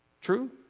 True